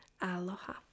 Aloha